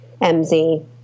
MZ